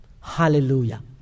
Hallelujah